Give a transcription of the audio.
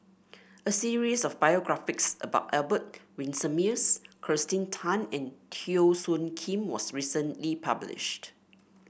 a series of biographies about Albert Winsemius Kirsten Tan and Teo Soon Kim was recently published